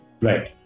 right